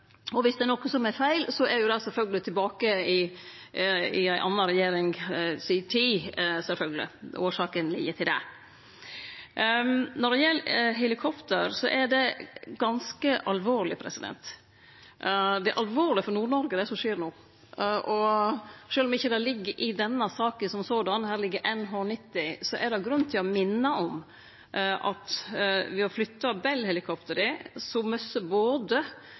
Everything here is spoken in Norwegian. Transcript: det sjølvsagt tilbake i ei anna regjering si tid. Når det gjeld helikopter, er det ganske alvorleg for Nord-Noreg, det som skjer no. Sjølv om det ikkje ligg i denne saka – her ligg NH90 – er det grunn til å minne om at ved å flytte Bell-helikoptra mister både Forsvaret det dei treng av løftekapasitet, og politiet i nord mister sin tilgang. I tillegg har